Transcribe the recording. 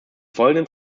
folgenden